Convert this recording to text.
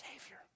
Savior